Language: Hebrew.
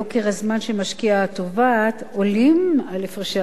התובעת עולים על הפרשי השכר של שנתיים.